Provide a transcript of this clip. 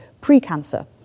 pre-cancer